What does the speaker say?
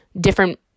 different